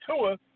Tua